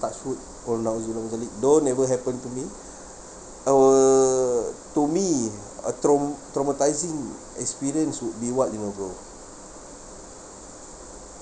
touch wood don't ever happen to me I were to me a traum~ traumatising experience would be what you know bro